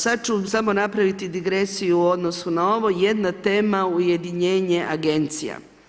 Sad ću samo napraviti digresiju u odnosu na ovo jedna tema, ujedinjenje agencija.